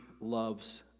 loves